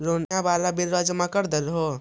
लोनिया वाला बिलवा जामा कर देलहो?